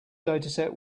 dataset